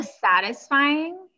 satisfying